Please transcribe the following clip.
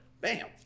Bam